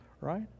right